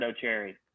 cherry